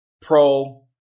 pro